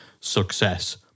success